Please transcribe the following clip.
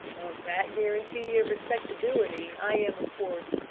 of that guarantee of respectability i am, of course,